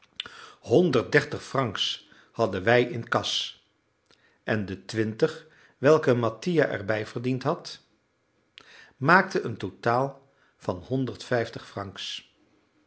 dertig francs hadden wij in kas en de twintig welke mattia erbij verdiend had maakten een totaal van honderd vijftig francs